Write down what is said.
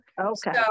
Okay